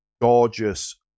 gorgeous